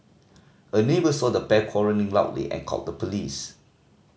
a neighbour saw the pair quarrelling loudly and called the police